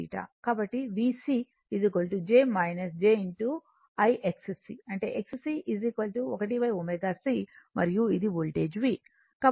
కాబట్టి VC j j అంటే Xc 1 ω c మరియు ఇది వోల్టేజ్ V